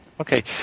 Okay